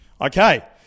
Okay